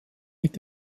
mit